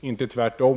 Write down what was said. inte tvärtom!